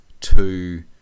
two